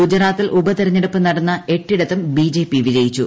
ഗുജറാത്തിൽ ഉപതെരഞ്ഞെടുപ്പ് നടന്ന എട്ടിടത്തും ബിജെപി വിജയിച്ചു